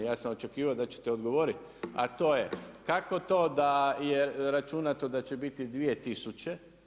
Ja sam očekivao da ćete odgovoriti, a to je kako to da je računato da će biti 2000.